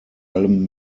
allem